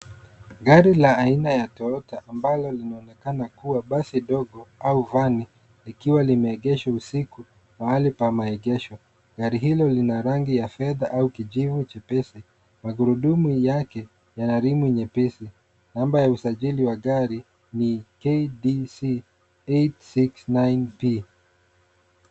Gari la aina ya toyota ambalo linaonekana kuwa basi dogo au vani ikiwa limeegeshwa usiku mahali pa maegesho ,gari hilo lina rangi ya fedha au kijivu chepesi ma gurudumu yake ya rimu nyepesi namba ya usajili wa gari ni KDC 869P.